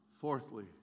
fourthly